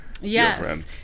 Yes